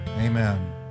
Amen